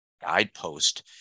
guidepost